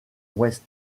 ouest